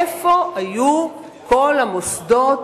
איפה היו כל המוסדות?